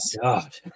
God